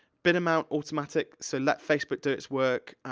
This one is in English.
bid amount, automatic, so let facebook do its work.